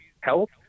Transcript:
health